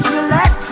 Relax